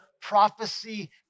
prophecy